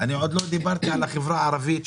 ועוד לא דיברתי על החברה הערבית,